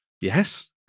Yes